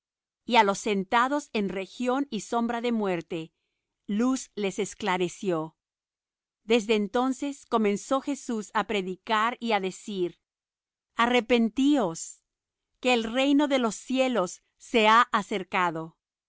á los sentados en región y sombra de muerte luz les esclareció desde entonces comenzó jesús á predicar y á decir arrepentíos que el reino de los cielos se ha acercado